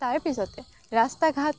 তাৰপিছতে ৰাস্তা ঘাট